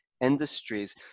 industries